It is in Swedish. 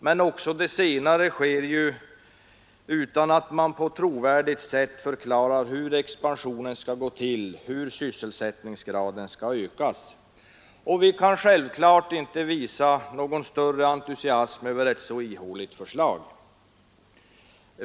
Men också det senare sker utan att man på trovärdigt sätt förklarar hur expansionen skall gå till, hur sysselsättningsgraden skall ökas. Vi kan självklart inte visa någon större entusiasm över ett så ihåligt förslag.